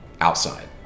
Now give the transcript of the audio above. outside